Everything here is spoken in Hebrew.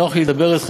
נוח לי לדבר אתך,